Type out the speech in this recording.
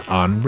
on